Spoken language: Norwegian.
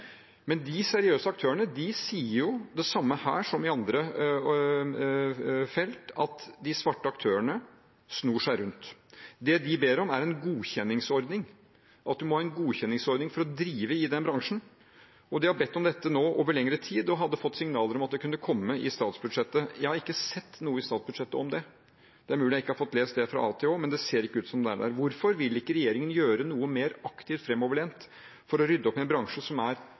Men de seriøse aktørene sier det samme her som på andre felt, at de svarte aktørene snor seg rundt. Det de ber om, er en godkjenningsordning, at man må ha godkjenning for å drive i den bransjen. Og de har bedt om dette over lengre tid og hadde fått signaler om at det kunne komme i statsbudsjettet. Jeg har ikke sett noe i statsbudsjettet om det. Det er mulig jeg ikke har fått lest det fra A til Å, men det ser ikke ut som om det er der. Hvorfor vil ikke regjeringen gjøre noe mer aktivt og framoverlent for å rydde opp i en bransje som rett og slett er